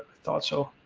thought so.